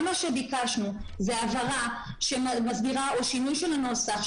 כל מה ביקשנו הוא הבהרה שמסבירה או שינוי של הנוסח,